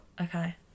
Okay